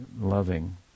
loving